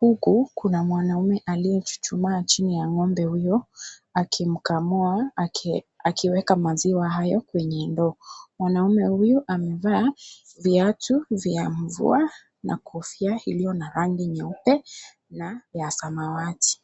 huku kuna mwanaume aliyechuchuma chini ya ngombe huyo akimkamua akiweka maziwa haya kwenye ndoo. Mwanaume huyu amevaa vitatu vya mvua na Kofia iliyo na rangi nyeupe na ya samawati.